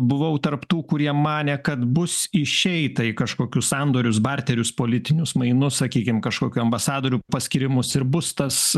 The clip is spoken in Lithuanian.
buvau tarp tų kurie manė kad bus išeita į kažkokius sandorius barterius politinius mainus sakykim kažkokių ambasadorių paskyrimus ir bus tas